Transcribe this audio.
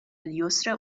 الیسر